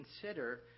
consider